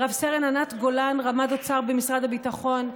לרס"ן ענת גולן, רמ"ד אוצר במשרד הביטחון.